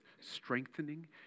strengthening